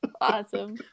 Awesome